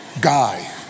guy